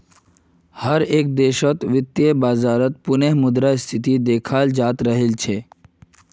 हर एक देशत वित्तीय बाजारत पुनः मुद्रा स्फीतीक देखाल जातअ राहिल छे